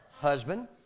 husband